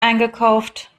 eingekauft